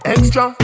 Extra